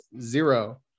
zero